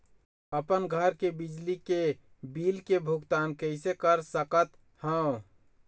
अपन घर के बिजली के बिल के भुगतान कैसे कर सकत हव?